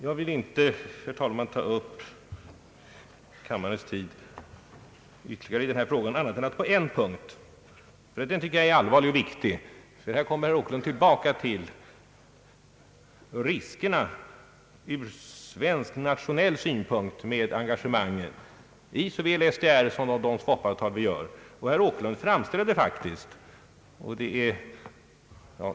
Jag vill inte, herr talman, ta upp kammarens tid ytterligare i denna fråga annat än på en punkt, som jag tycker är allvarlig och viktig. Här kommer herr Åkerlund tillbaka till riskerna ur svensk nationell synpunkt med engagemangen i såväl SDR som de stoppavtal vi träffar.